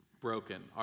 broken